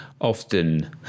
often